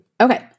Okay